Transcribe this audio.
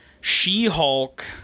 She-Hulk